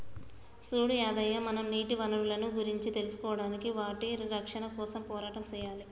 సూడు యాదయ్య మనం నీటి వనరులను గురించి తెలుసుకోడానికి వాటి రక్షణ కోసం పోరాటం సెయ్యాలి